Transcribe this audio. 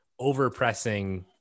overpressing